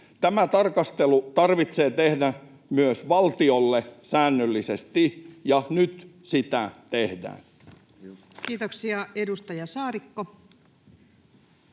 Tämä tarkastelu tarvitsee tehdä myös valtiolle säännöllisesti, ja nyt sitä tehdään. [Speech 137] Speaker: